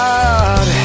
God